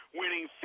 winning